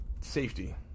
safety